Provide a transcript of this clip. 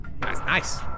nice